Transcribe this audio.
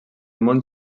món